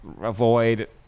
avoid